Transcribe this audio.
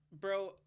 bro